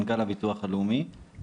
מנכ"ל הביטוח הלאומי.